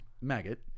Maggot